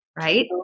Right